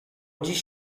dziś